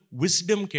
wisdom